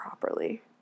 properly